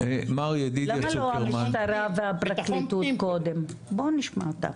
מר ידידיה צוקרמן -- למה לא המשטרה והפרקליטות קודם בואו נשמע אותם.